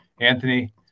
Anthony